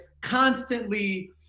constantly